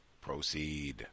proceed